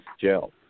jail